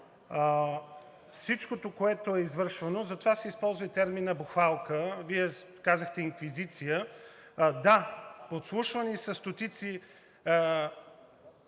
всичкото, което е извършвано – за това се използва терминът „бухалка“, Вие казахте инквизиция. Да, подслушвани са стотици